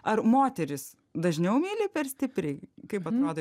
ar moterys dažniau myli per stipriai kaip atrodo